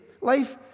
Life